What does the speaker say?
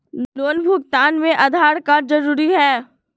Loan भुगतान में Aadhaar card जरूरी है?